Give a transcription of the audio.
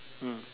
mm